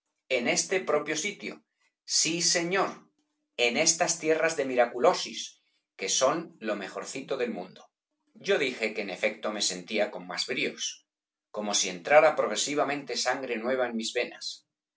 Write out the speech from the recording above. en este propio sitio sí señor en b pérez galdós estas tierras de miraculosis que son lo mejorcito del mundo yo dije que en efecto me sentía con más bríos como si entrara progresivamente sangre nueva en mis venas